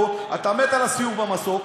אתה מת על הסיור במסוק,